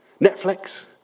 Netflix